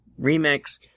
remix